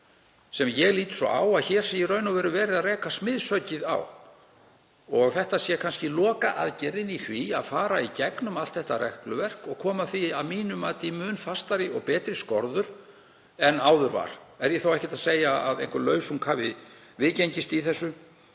sem ég lít svo á að í raun og veru sé verið að reka smiðshöggið á og að þetta sé kannski lokaaðgerðin í því að fara í gegnum allt þetta regluverk og koma því að mínu mati í mun fastari og betri skorður en áður var. Er ég þó ekki að segja að einhver lausung hafi viðgengist í þessu.